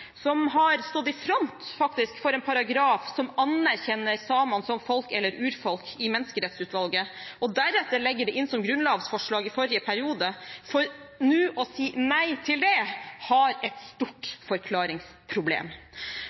som har stått i front, faktisk, for en paragraf som anerkjenner samene som folk eller urfolk i Menneskerettighetsutvalget, og deretter la det inn som grunnlovsforslag i forrige periode, for nå å si nei til det, har et stort forklaringsproblem.